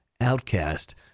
outcast